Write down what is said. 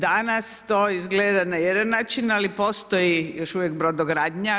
Danas to izgleda na jedan način, ali postoji još uvijek brodogradnja.